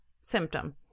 Symptom